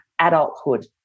adulthood